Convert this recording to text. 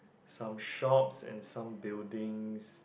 some shops and some buildings